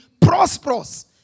prosperous